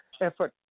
effort